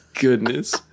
goodness